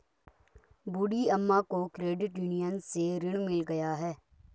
बूढ़ी अम्मा को credit union से ऋण मिल गया है